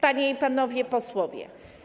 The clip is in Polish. Panie i Panowie Posłowie!